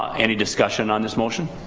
any discussion on this motion?